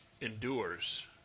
endures